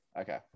okay